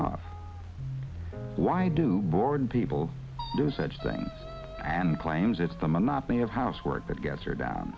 off why do board people do such things and claims it's the monotony of housework that gets her down